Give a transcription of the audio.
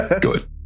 Good